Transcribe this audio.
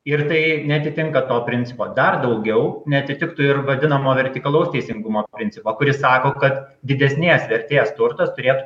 ir tai neatitinka to principo dar daugiau neatitiktų ir vadinamo vertikalaus teisingumo principo kuris sako kad didesnės vertės turtas turėtų